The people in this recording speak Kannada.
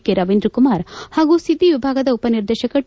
ಕೆ ರವೀಂದ್ರ ಕುಮಾರ್ ಹಾಗೂ ಸುದ್ದಿ ವಿಭಾಗದ ಉಪ ನಿರ್ದೇಶಕ ಣ